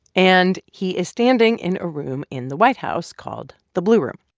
and he is standing in a room in the white house called the blue room